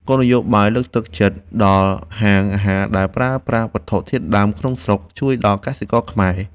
គោលនយោបាយលើកទឹកចិត្តដល់ហាងអាហារដែលប្រើប្រាស់វត្ថុធាតុដើមក្នុងស្រុកជួយដល់កសិករខ្មែរ។